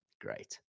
great